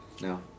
No